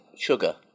sugar